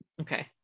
Okay